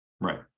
Right